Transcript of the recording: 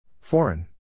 Foreign